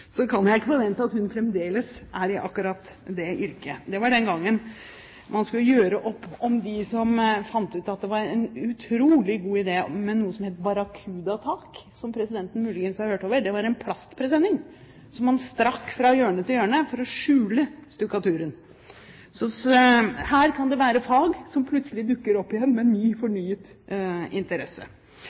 kan jeg ikke forvente at hun fremdeles er i akkurat det yrket. Det var den gangen man skulle gjøre om på det som noen hadde funnet ut var en utrolig god idé – noe som het barracudatak, som presidenten muligens har hørt om. Det var en plastpresenning som man strakte fra hjørne til hjørne for å skjule stukkaturen. Så her kan det være fag som plutselig dukker opp igjen med fornyet interesse.